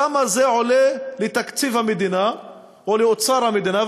כמה זה עולה לתקציב המדינה או לאוצר המדינה,